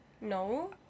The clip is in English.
No